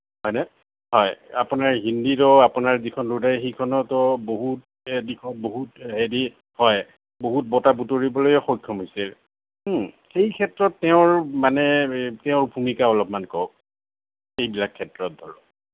হয়নে হয় আপোনাৰ হিন্দীৰো আপোনাৰ যিখন ৰ'দালি সেইখনতো বহুত দিশৰ বহুত হেৰি হয় বহুত বঁটা বুটলিবলৈ সক্ষম হৈছে সেই ক্ষেত্ৰত তেওঁৰ মানে তেওঁৰ ভূমিকা অলপমান কওক এইবিলাক ক্ষেত্ৰত ধৰক